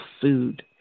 food